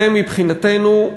זה, מבחינתנו,